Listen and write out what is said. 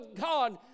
God